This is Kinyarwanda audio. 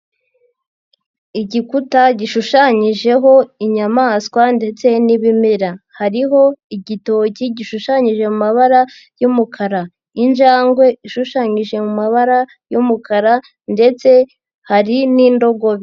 Igikuta gishushanyijeho inyamaswa ndetse n'ibimera, hariho igitoki gishushanyije mu mabara y'umukara. Injangwe ishushanyije mu mabara y'umukara ndetse hari n'indogobe.